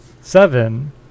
seven